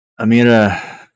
Amira